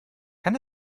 kann